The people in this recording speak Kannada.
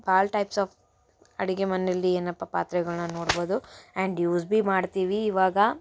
ಆಲ್ ಟೈಪ್ಸ್ ಆಫ್ ಅಡುಗೆ ಮನೆಯಲ್ಲಿ ಏನಪ್ಪ ಪಾತ್ರೆಗಳನ್ನ ನೋಡ್ಬೋದು ಆ್ಯಂಡ್ ಯೂಸ್ ಭಿ ಮಾಡ್ತೀವಿ ಇವಾಗ